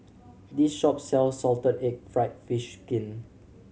this shop sells salted egg fried fish skin